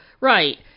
Right